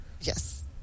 Yes